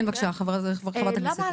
כן, בבקשה, חברת הכנסת עטייה.